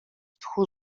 tchu